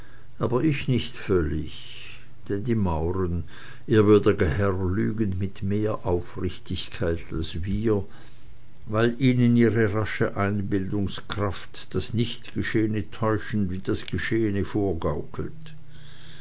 aber ich nicht völlig denn die mauren ehrwürdiger herr lügen mit mehr aufrichtigkeit als wir weil ihnen ihre rasche einbildungskraft das nichtgeschehene täuschend wie das geschehene